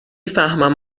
فهمم